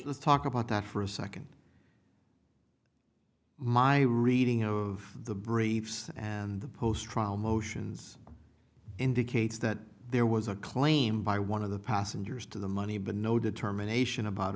s talk about that for a second my reading of the briefs and the post trial motions indicates that there was a claim by one of the passengers to the money but no determination about